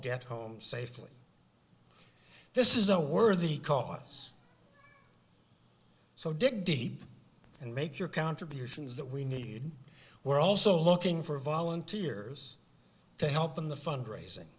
get home safely this is a worthy cause so dig deep and make your contributions that we need we're also looking for volunteers to help in the fundraising